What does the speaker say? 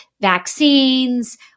vaccines